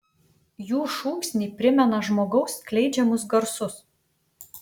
jų šūksniai primena žmogaus skleidžiamus garsus